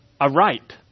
aright